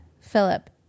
Philip